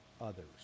others